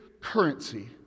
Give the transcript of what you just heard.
currency